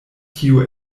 tiu